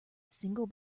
single